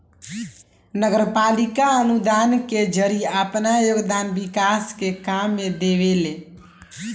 नगरपालिका अनुदान के जरिए आपन योगदान विकास के काम में देवेले